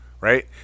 right